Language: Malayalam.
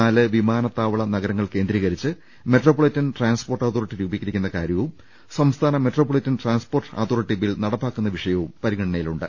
നാല് വിമാനത്താവള നഗര ങ്ങൾ കേന്ദ്രീകരിച്ച് മെട്രോ പൊളിറ്റൻ ട്രാൻസ്പോർട്ട് അതോറിറ്റി രൂപീകരിക്കുന്ന കാര്യവും സംസ്ഥാന metropolitan transport authority bill നടപ്പാക്കുന്ന വിഷയവും പരിഗണനയിലുണ്ട്